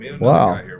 wow